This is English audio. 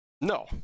No